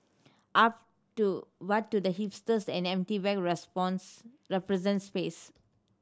to but to hipsters an empty bag represents space